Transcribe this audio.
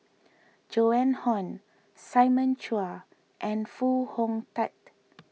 Joan Hon Simon Chua and Foo Hong Tatt